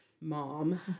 mom